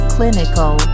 Clinical